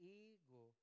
ego